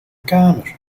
kamer